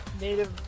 Native